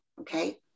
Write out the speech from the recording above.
okay